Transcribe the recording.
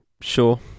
sure